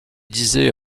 disait